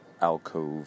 alcove